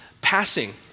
passing